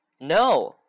No